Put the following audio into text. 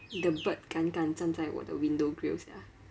the bird 敢敢站在我的 window grill sia